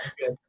good